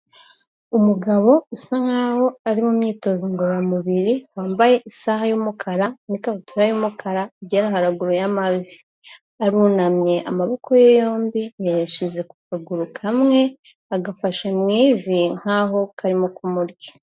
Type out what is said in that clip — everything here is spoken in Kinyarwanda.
Umugabo usa nk'aho ari mu myitozo ngororamubiri, wambaye isaha y'umukara n'ikabutura y'umukara igera haruguru y'amavi, arunamye amaboko ye yombi yayashyize ku kaguru kamwe, agafashe mu ivi nk'aho karimo kumurya.